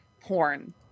porn